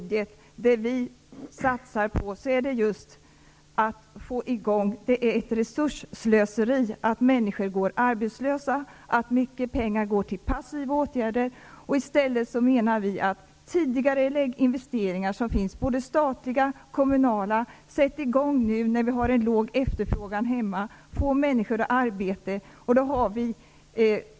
Det är ett resursslöseri att människor går arbetslösa och att mycket pengar går till passiva åtgärder. Vi menar därför att man i stället skall tidigarelägga investeringar, både statliga och kommunala. Det är nu när efterfrågan hemma är liten som man skall sätta i gång. Då får människor arbete.